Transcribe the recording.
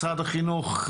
משרד החינוך,